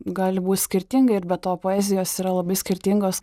gali būt skirtingai ir be to poezijos yra labai skirtingos